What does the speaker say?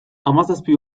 hamazazpi